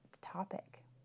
topic